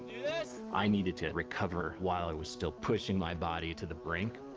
this! i needed to recover while i was still pushing my body to the brink,